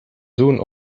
zoen